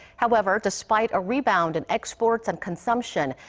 however. despite a rebound in exports and consumption,